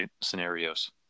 scenarios